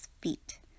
feet